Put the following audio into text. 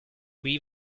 qui